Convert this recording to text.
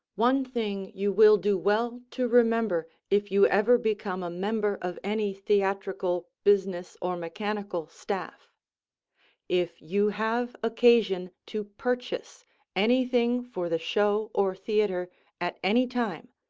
one thing you will do well to remember if you ever become a member of any theatrical business or mechanical staff if you have occasion to purchase anything for the show or theatre at any time,